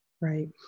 right